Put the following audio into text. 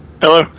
Hello